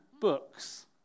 books